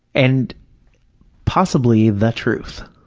and possibly the truth.